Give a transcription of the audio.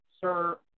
sir